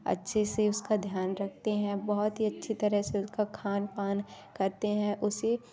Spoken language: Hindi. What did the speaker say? अच्छे से उसका ध्यान रखते हैं बहुत ही अच्छी तरह से उसका खान पान करते हैं उसे